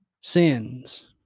sins